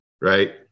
right